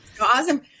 Awesome